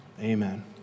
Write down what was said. Amen